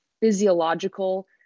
physiological